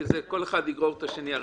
כי הרי אתה יודע שכל אחד יגרור את השני.